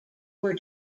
were